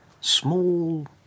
Small